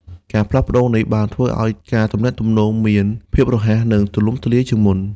ការផ្លាស់ប្ដូរនេះបានធ្វើឲ្យការទំនាក់ទំនងមាន ភាពរហ័ស និង ទូលំទូលាយជាងមុន។